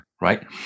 right